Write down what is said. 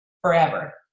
forever